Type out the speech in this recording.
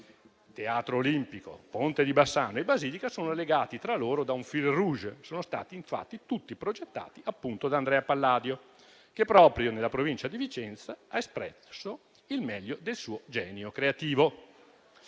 Teatro Olimpico, Ponte di Bassano e Basilica sono legati tra loro da un *fil rouge*. Sono stati infatti tutti progettati da Andrea Palladio, che proprio nella Provincia di Vicenza ha espresso il meglio del suo genio creativo.